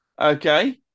Okay